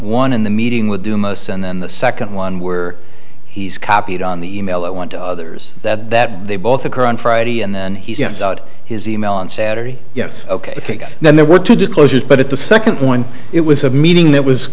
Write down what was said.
one in the meeting with dumas and then the second one where he's copied on the email i want to others that that they both occur on friday and then he sends out his email on saturday yes ok then there were two disclosures but at the second one it was a meeting that was